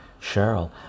cheryl